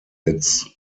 its